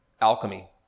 alchemy